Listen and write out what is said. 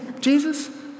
Jesus